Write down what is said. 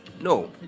no